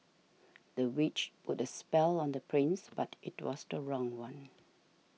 the witch put a spell on the prince but it was the wrong one